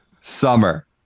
Summer